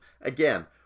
again